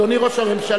אדוני ראש הממשלה,